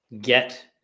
get